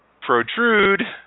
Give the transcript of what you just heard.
protrude